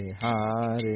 Hare